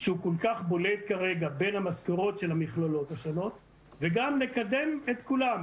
שהוא כל כך בולט כרגע בין המשכורות של המכללות השונות וגם נקדם את כולם,